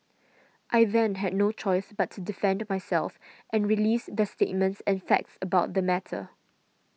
I then had no choice but to defend myself and release the statements and facts about the matter